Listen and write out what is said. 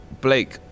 Blake